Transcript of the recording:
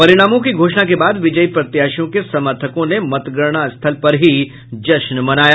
परिणामों की घोषणा के बाद विजयी प्रत्याशियों के समर्थकों ने मतगणना स्थल पर ही जश्न मनाया